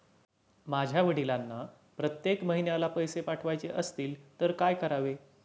माझ्या वडिलांना प्रत्येक महिन्याला पैसे पाठवायचे असतील तर काय करावे?